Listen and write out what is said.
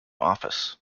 office